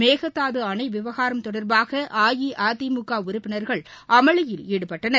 மேகதாது அணை விவகாரம் தொடர்பாக அஇஅதிமுக உறுப்பினர்கள் அமளியில் ஈடுபட்டனர்